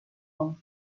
any